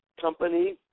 company